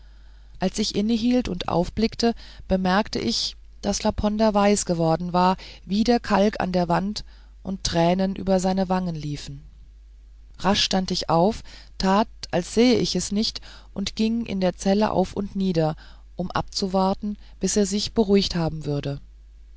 als ich innehielt und aufblickte bemerkte ich daß laponder weiß geworden war wie der kalk an der wand und tränen über seine wangen liefen rasch stand ich auf tat als sähe ich es nicht und ging in der zelle auf und nieder um abzuwarten bis er sich beruhigt haben würde